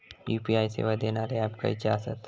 UPI सेवा देणारे app खयचे आसत?